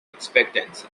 expectancy